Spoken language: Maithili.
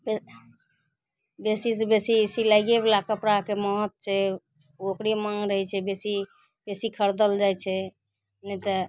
बे बेसीसे बेसी सिलाइएवला कपड़ाके महत्व छै ओकरे माँग रहै छै बेसी बेसी खरिदल जाए छै नहि तऽ